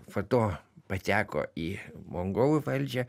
poto pateko į mongolų valdžią